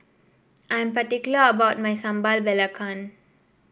I'm particular about my Sambal Belacan